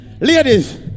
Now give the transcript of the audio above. Ladies